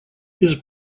his